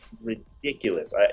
ridiculous